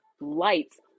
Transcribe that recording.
Lights